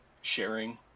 sharing